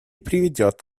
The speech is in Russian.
приведет